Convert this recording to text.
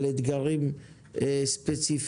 על אתגרים ספציפיים.